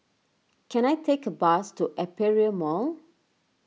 can I take a bus to Aperia Mall